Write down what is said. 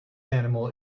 animal